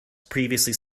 previously